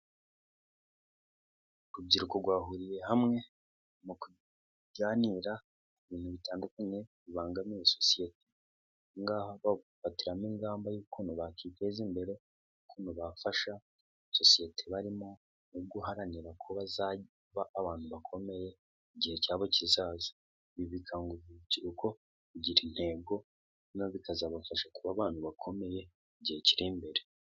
Urubyiruko rwahuriye hamwe, mu kuganira ku bintu bitandukanye bibangamiye sosiyete, ahangaha bafatiramo ingamba y'ukuntu bakiteza imbere, ukuntu bafasha sosiyete barimo, mu guharanira ko bazaba abantu bakomeye igihe cyabo kizaza, ibi bikangurirwa urubyiruko kugira intego, noneho bikazabafasha kuba abantu bakomeye mu gihe kiri imbere,